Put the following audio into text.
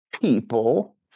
people